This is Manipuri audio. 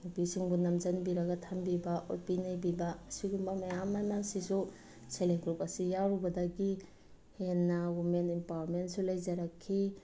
ꯅꯨꯄꯤꯁꯤꯡꯕꯨ ꯅꯝꯁꯤꯟꯕꯤꯔꯒ ꯊꯝꯕꯤꯕ ꯑꯣꯠꯄꯤ ꯅꯩꯕꯤꯕ ꯑꯁꯤꯒꯨꯝꯕ ꯃꯌꯥꯝ ꯑꯃꯁꯤꯁꯨ ꯁꯦꯜꯐ ꯍꯦꯜꯞ ꯒ꯭ꯔꯨꯞ ꯑꯁꯤ ꯌꯥꯎꯔꯨꯕꯗꯒꯤ ꯍꯦꯟꯅ ꯋꯨꯃꯦꯟ ꯑꯦꯝꯄꯥꯋꯔꯃꯦꯟꯁꯨ ꯂꯩꯖꯔꯛꯈꯤ